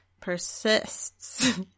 persists